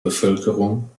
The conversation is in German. bevölkerung